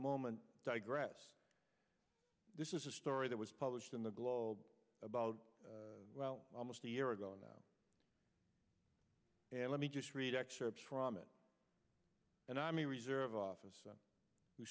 moment digress this is a story that was published in the globe about well almost a year ago and and let me just read excerpts from it and i mean reserve officer who